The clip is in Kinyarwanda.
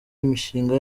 imishinga